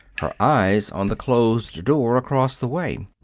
her eyes on the closed door across the way.